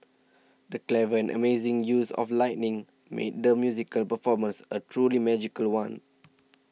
the clever and amazing use of lighting made the musical performance a truly magical one